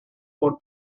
por